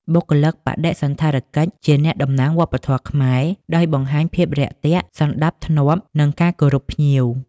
បុគ្គលិកបដិសណ្ឋារកិច្ចជាអ្នកតំណាងវប្បធម៌ខ្មែរ ដោយបង្ហាញភាពរាក់ទាក់ សណ្តាប់ធ្នាប់ និងការគោរពភ្ញៀវ។